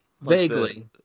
Vaguely